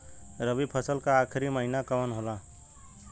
रवि फसल क आखरी महीना कवन होला?